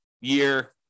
year